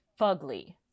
fugly